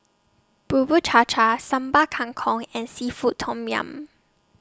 Bubur Cha Cha Sambal Kangkong and Seafood Tom Yum